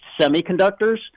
semiconductors